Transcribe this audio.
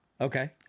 Okay